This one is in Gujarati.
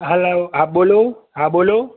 હલો હા બોલો હા બોલો